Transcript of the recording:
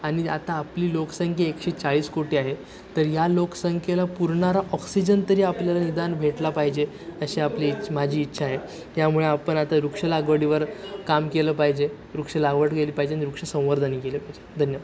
आणि आता आपली लोकसंख्या एकशे चाळीस कोटी आहे तर या लोकसंख्येला पुरणारा ऑक्सिजन तरी आपल्याला निदान भेटला पाहिजे अशी आपली इच्छ माझी इच्छा आहे त्यामुळे आपण आता वृक्ष लागवडीवर काम केलं पाहिजे वृक्ष लागवड केली पाहिजे आणि वृक्ष संवर्धनही केलं पाहिजे धन्यवाद